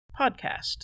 podcast